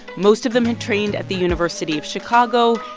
most of them had trained at the university of chicago.